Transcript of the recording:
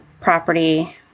property